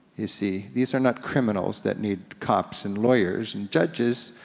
you see, these are not criminals that need cops, and lawyers, and judges,